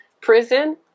prison